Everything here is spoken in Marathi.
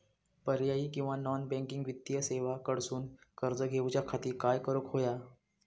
पर्यायी किंवा नॉन बँकिंग वित्तीय सेवा कडसून कर्ज घेऊच्या खाती काय करुक होया?